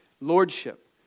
lordship